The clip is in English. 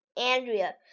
Andrea